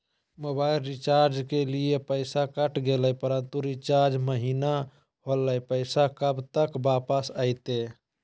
Mobile recharge के लिए पैसा कट गेलैय परंतु रिचार्ज महिना होलैय, पैसा कब तक वापस आयते?